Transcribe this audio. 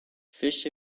fish